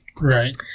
Right